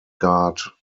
guard